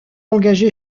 engagé